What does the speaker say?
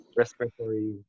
respiratory